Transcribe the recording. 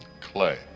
Clay